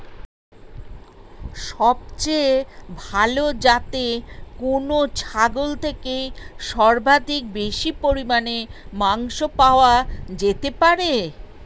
সবচেয়ে ভালো যাতে কোন ছাগল থেকে সর্বাধিক বেশি পরিমাণে মাংস পাওয়া যেতে পারে?